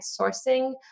sourcing